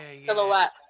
silhouette